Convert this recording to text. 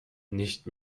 nicht